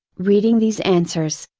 reading these answers,